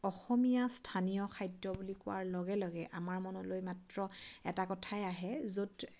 অসমীয়া স্থানীয় খাদ্য বুলি কোৱাৰ লগে লগে আমাৰ মনলৈ মাত্ৰ এটা কথাই আহে য'ত